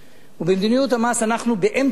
ובמדיניות המס אנחנו באמצע,